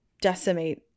decimate